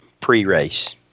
pre-race